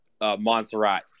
Montserrat